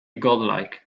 godlike